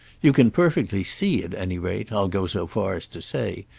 you can perfectly see, at any rate, i'll go so far as to say,